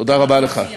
תודה רבה לך.